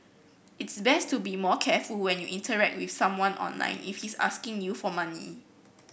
it's best to be more careful when you interact with someone online if he's asking you for money